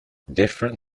different